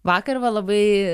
vakar va labai